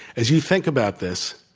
as you think about this,